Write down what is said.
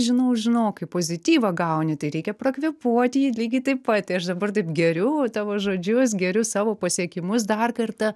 žinau žinau o kai pozityvą gauni tai reikia prakvėpuoti jį lygiai taip pa tai aš dabar taip geriu tavo žodžius geriu savo pasiekimus dar kartą